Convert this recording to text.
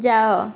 ଯାଅ